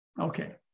Okay